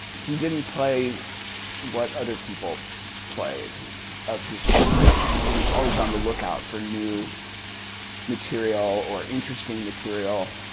he didn't play what other people played of his generation. he was always on the lookout for new material or interesting material.